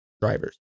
drivers